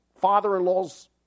father-in-law's